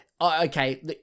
okay